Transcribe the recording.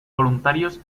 voluntarios